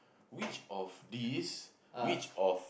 which of these which of